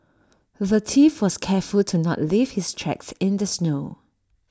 the thief was careful to not leave his tracks in the snow